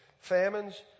famines